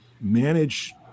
manage